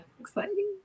Exciting